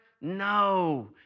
No